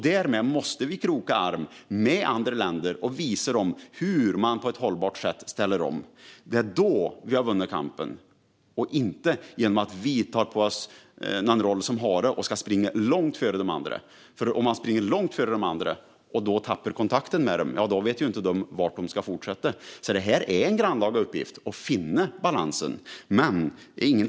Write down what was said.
Därmed måste vi kroka arm med andra länder och visa dem hur man ställer om på ett hållbart sätt. Det är så vi vinner kampen, inte genom att vi tar på oss en roll som hare och springer långt före de andra. Om man springer långt före de andra och tappar kontakten med dem vet de inte var de ska fortsätta. Det är alltså en grannlaga uppgift att finna balansen.